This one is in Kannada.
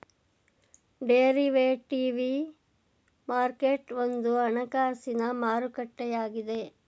ಡೇರಿವೇಟಿವಿ ಮಾರ್ಕೆಟ್ ಒಂದು ಹಣಕಾಸಿನ ಮಾರುಕಟ್ಟೆಯಾಗಿದೆ